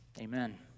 Amen